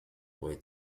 were